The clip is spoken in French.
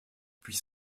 puis